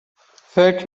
فکر